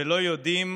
ולא יודעים